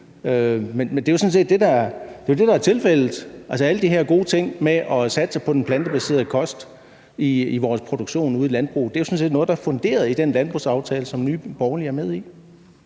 men det er jo det, der er tilfældet. Alle de her gode ting med at satse på den plantebaserede kost i vores produktion ude i landbruget er jo sådan set noget, der er funderet i den landbrugsaftale, som Nye Borgerlige er med i.